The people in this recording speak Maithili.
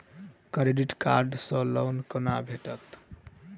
क्रेडिट कार्ड सँ लोन कोना भेटत?